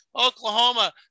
Oklahoma